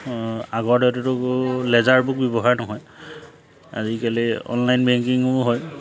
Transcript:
আগৰ দৰেতো ledger book ব্যৱহাৰ নহয় আজিকালি অনলাইন বেংকিঙো হয়